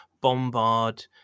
bombard